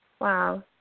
Wow